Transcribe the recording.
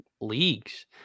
leagues